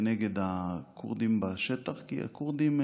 כנגד הכורדים בשטח, כי הכורדים,